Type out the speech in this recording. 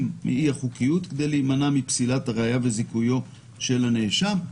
מהאי-חוקיות כדי להימנע מפסילת הראיה ומזיכויו של הנאשם.